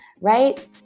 right